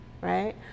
right